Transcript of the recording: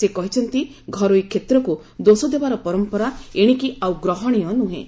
ସେ କହିଛନ୍ତି ଘରୋଇ କ୍ଷେତ୍ରକୁ ଦୋଷ ଦେବାର ପରମ୍ପରା ଏଣିକି ଆଉ ଗ୍ରହଣୀୟ ନୁହେଁ